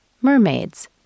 mermaids